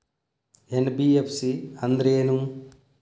NBFC ಅಂದ್ರೇನು?